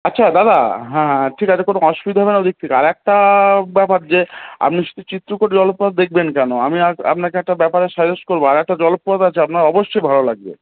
আচ্ছা দাদা হ্যাঁ হ্যাঁ ঠিক আছে কোনো অসুবিধা হবে না ওদিক থেকে আর একটা ব্যাপার যে আপনি শুধু চিত্রকূট জলপ্রপাত দেখবেন কেন আমি আ আপনাকে একটা ব্যাপারে সাজেস্ট করব আর একটা জলপ্রপাত আছে আপনার অবশ্যই ভালো লাগবে